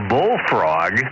Bullfrog